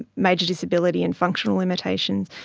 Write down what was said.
major disability and functional limitations.